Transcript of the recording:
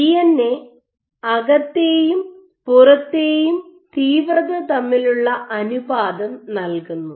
DNA അകത്തെയും പുറത്തെയും തീവ്രത തമ്മിലുള്ള അനുപാതം നൽകുന്നു